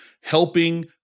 helping